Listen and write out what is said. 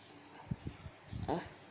uh